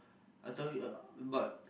I tell you uh but